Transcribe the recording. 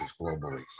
globally